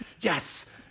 yes